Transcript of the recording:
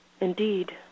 Indeed